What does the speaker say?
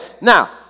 now